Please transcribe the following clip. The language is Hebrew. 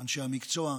אנשי המקצוע,